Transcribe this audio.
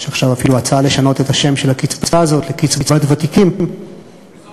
יש עכשיו אפילו הצעה לשנות את השם של הקצבה הזאת ל"קצבת ותיקים" איזו?